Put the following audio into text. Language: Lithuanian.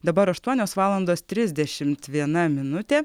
dabar aštuonios valandos trisdešimt viena minutė